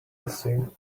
assume